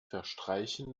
verstreichen